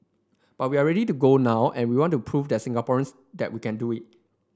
but we are ready to go now and we want to prove that Singaporeans that we can do it